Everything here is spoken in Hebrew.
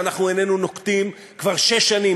שאנחנו איננו נוקטים כבר שש שנים,